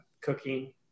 cooking